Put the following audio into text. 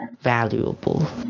Valuable